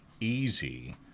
easy